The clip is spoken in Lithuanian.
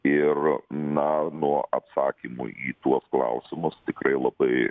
ir na nuo atsakymų į tuos klausimus tikrai labai